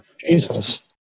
Jesus